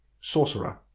Sorcerer